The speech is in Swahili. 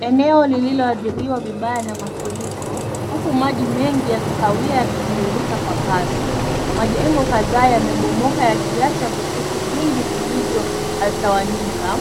Eneo lililoathiriwa vibaya na mafuriko, huku maji mengi ya kahawia yakitiririka kwa kasi. Majengo kadhaa yamebomoka yakiacha vifushi vingi vilivyotawanyika.